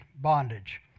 bondage